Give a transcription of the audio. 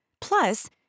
Plus